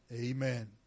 amen